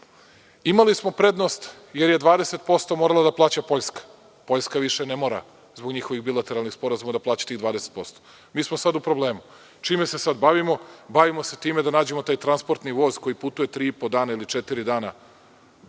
Imali smo prednost jer je 20% morala da plaća Poljska. Poljska više ne mora zbog njihovih bilateralnih sporazuma da plaća tih 20%. Sada smo u problemu. Čime se sada bavimo? Bavimo se time da nađemo taj transportni voz koji putuje tri i po dana